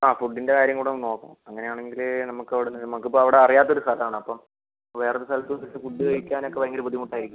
ആ ഫുഡിൻ്റെ കാര്യം കുടെ ഒന്ന് നോക്കണം അങ്ങനെ ആണെങ്കിൽ നമുക്ക് ഇപ്പോൾ നമുക്ക് അവിടെ അറിയാത്ത ഒരു സ്ഥലം ആണ് അപ്പം വേറെ ഒരു സ്ഥലത്ത് പോയി ഫുഡ് കഴിക്കാനൊക്കെ ഭയങ്കര ബുദ്ധിമുട്ട് ആയിരിക്കും